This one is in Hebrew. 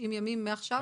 ימים מעכשיו?